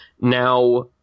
Now